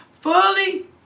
Fully